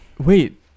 wait